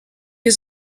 has